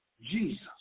Jesus